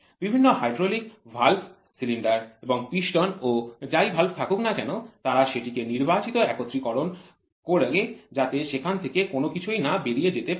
বিভিন্ন hydraulic valve cylinder এবং piston ও যাই ভালভ থাকুক না কেন তারা সেটিকে নির্বাচিত একত্রিতকরণ করে যাতে সেখান থেকে কোনকিছুই না বেরিয়ে যেতে পারে